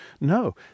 No